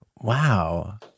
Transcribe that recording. Wow